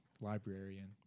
librarian